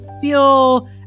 feel